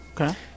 Okay